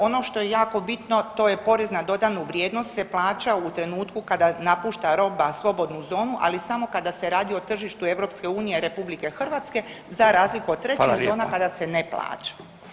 Ono što je jako bitno to je porez na dodanu vrijednost se plaća u trenutku kada napušta roba slobodnu zonu, ali samo kada se radi o tržištu EU i RH za razliku od trećih zona [[Upadica Radin: Hvala lijepa.]] kada se ne plaća.